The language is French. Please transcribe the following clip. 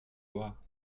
voir